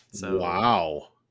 Wow